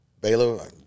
Baylor